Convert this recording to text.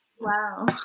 Wow